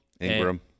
Ingram